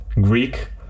Greek